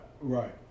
Right